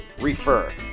refer